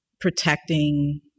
protecting